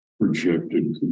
projected